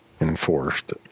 enforced